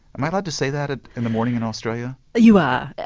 am i allowed to say that ah in the morning in australia? you are.